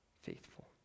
faithful